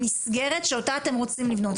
המסגרת שאותה אתם רוצים לבנות.